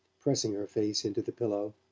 pressing her face into the pillow.